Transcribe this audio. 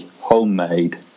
homemade